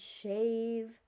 shave